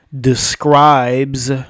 describes